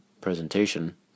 presentation